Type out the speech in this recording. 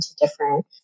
different